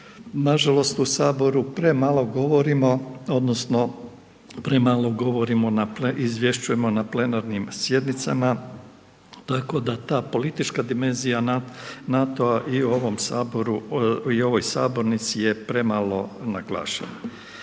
nažalost u saboru premalo govorimo odnosno premalo govorimo na, izvješćujemo na plenarnim sjednicama tako da ta politička dimenzija NATO-a i u ovom saboru i u sabornici je premalo naglašena.